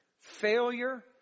failure